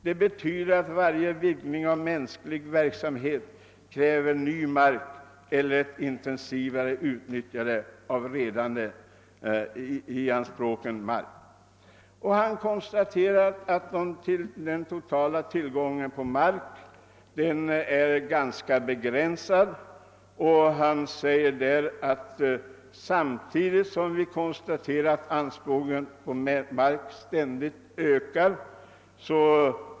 Det betyder att varje vidgning av mänsklig verksamhet kräver ny mark eller ett intensivare utnyttjande av redan i anspråk tagen mark.» Han konstaterade vidare att den totala tillgången på mark är ganska begränsad och anför sedan följande: »Samtidigt kan vi konstatera att anspråken på mark ständigt ökar.